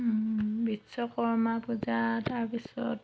বিশ্বকৰ্মা পূজা তাৰপিছত